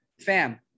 fam